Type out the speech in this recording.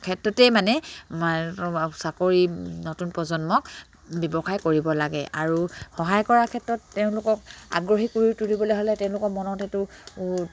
ক্ষেত্ৰতেই মানে চাকৰি নতুন প্ৰজন্মক ব্যৱসায় কৰিব লাগে আৰু সহায় কৰাৰ ক্ষেত্ৰত তেওঁলোকক আগ্ৰহী কৰি তুলিবলে হ'লে তেওঁলোকৰ মনত এইটো